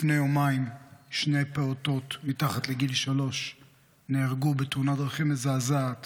לפני יומיים שני פעוטות מתחת לגיל שלוש נהרגו בתאונת דרכים מזעזעת